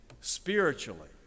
spiritually